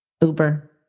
Uber